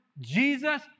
Jesus